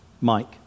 Mike